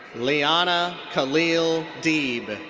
leana khalil deeb.